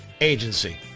Agency